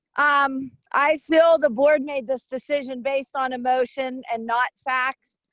um, i feel the board made this decision based on emotion and not facts.